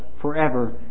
forever